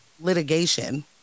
litigation